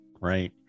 right